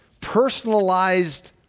personalized